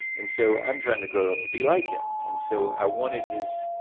and so i'm trying to grow up to be like him. and so, i wanted his,